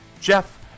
Jeff